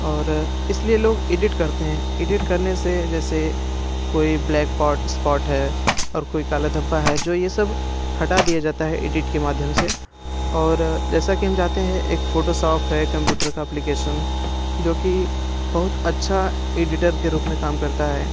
और इसलिए लोग एडिट करते हैं एडिट करने से जैसे कोई ब्लैक पॉट स्पॉट है और कोई काला धब्बा है जो यह सब हटा दिया जाता है एडिट के माध्यम से और जैसा कि हम जानते हैं एक फोटोसॉफ है कम्प्यूटर का एप्लीकेशन जो कि बहुत अच्छा एडिटर के रूप में काम करता है